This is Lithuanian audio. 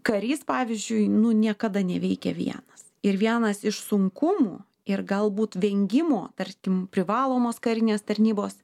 karys pavyzdžiui nu niekada neveikia vienas ir vienas iš sunkumų ir galbūt vengimo tarkim privalomos karinės tarnybos